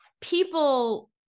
people